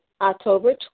October